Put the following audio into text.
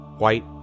white